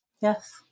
Yes